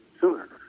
sooner